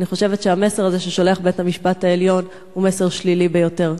אני חושבת שהמסר הזה ששולח בית-המשפט העליון הוא מסר שלילי ביותר.